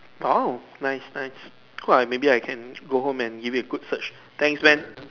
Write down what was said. !wow! nice nice maybe I can go home and give it a good search thanks man